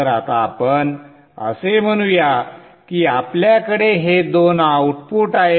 तर आता आपण असे म्हणूया की आपल्याकडे हे दोन आउटपुट आहेत